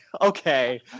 Okay